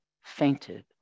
fainted